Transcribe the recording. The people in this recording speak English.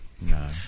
No